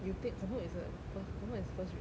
you take confirm is a first confirm is first